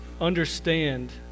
understand